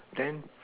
then